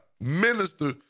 Minister